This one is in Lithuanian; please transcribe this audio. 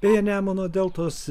beje nemuno deltos